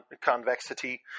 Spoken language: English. convexity